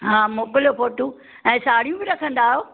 हा मोकिलियो फोटू ऐं साढ़ियूं बि रखंदा आहियो